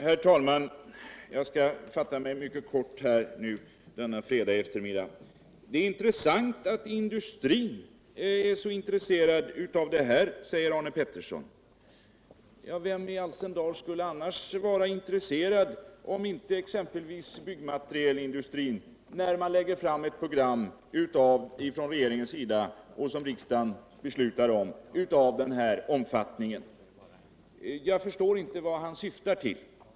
Herr talman! Jag skall fatta mig mycket kort denna fredagseftermiddag. Det är intressant att industrin är så intresserad av det här, säger Arne Pettersson. Ja, vem i all sin dar skulle annars vara intresserad om inte exempelvis byggnadsmaterialindustrin, när regeringen lägger fram ett 83 program av denna omfattning, som riksdagen sedan beslutar om? Jag förstår inte vad Arne Pettersson syftar till.